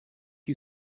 you